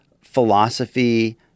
philosophy